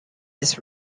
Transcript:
this